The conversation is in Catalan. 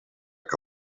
que